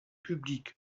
publics